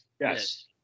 yes